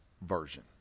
version